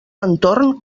entorn